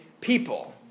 people